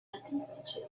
artistici